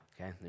Okay